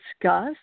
discuss